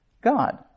God